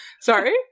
Sorry